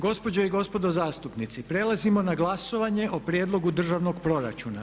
Gospođe i gospodo zastupnici prelazimo na glasovanje o Prijedlogu Državnog proračuna.